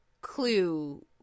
clue